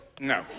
No